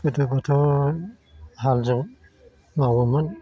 गोदोबोथ' हालजों मावोमोन